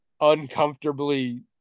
uncomfortably